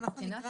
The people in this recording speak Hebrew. תודה רבה.